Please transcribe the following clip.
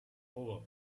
over